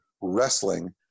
wrestling